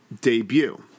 debut